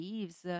Leaves